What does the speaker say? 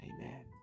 Amen